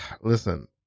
listen